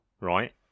right